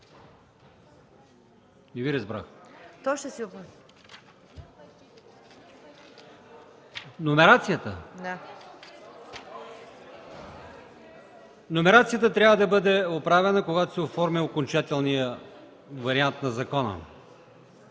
Номерацията трябва да бъде коригира, когато се оформя окончателния вариант на закона.